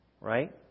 right